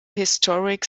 historic